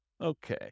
Okay